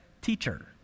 Teacher